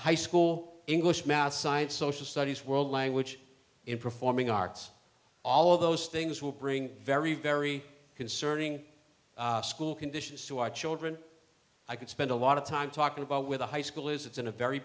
high school english math science social studies world language in performing arts all of those things will bring very very concerning school conditions to our children i could spend a lot of time talking about with the high school is it's in a very